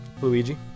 Luigi